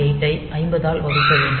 8 ஐ 50 ஆல் வகுக்க வேண்டும்